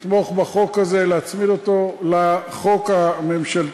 לתמוך בחוק הזה, להצמיד אותו לחוק הממשלתי,